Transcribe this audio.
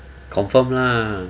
confirm lah